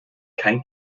kein